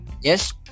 yes